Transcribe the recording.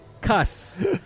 Cuss